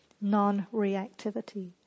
non-reactivity